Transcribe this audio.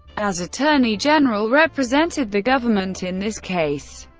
as attorney general, represented the government in this case.